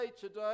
today